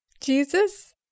jesus